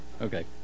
Okay